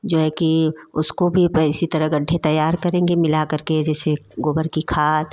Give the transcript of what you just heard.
जो है कि उसको भी इसी तरह गड्ढे तैयार करेंगे मिला करके जैसे गोबर की खाद